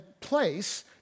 place